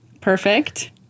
Perfect